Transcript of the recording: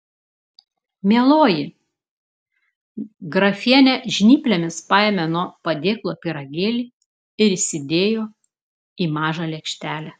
mieloji grafienė žnyplėmis paėmė nuo padėklo pyragėlį ir įsidėjo į mažą lėkštelę